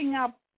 up